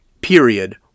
period